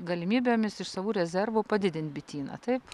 galimybėmis iš savų rezervų padidint bityną taip